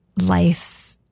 life